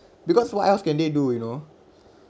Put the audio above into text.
because what else can they do you know